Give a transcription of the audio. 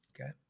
okay